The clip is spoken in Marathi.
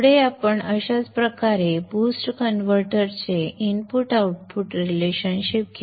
पुढे आपण अशाच प्रकारे बूस्ट कन्व्हर्टरचे इनपुट आउटपुट संबंध घेऊ